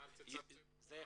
א ני